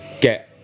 get